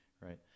right